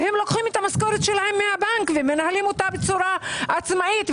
ולוקחים את המשכורת שלהם מהבנק ומנהלים אותה בצורה עצמאית,